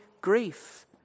grief